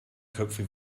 köpfe